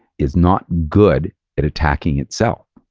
is not good at attacking itself.